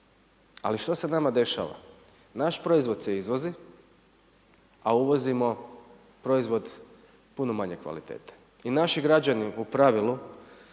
Ali što se nama dešava? Naš proizvod se izvozi, a uvozimo proizvod puno manje kvalitete i naši građani u pravilu